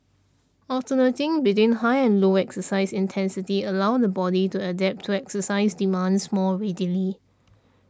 alternating between high and low exercise intensity allows the body to adapt to exercise demands more readily